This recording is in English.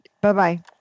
Bye-bye